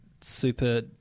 super